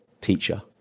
teacher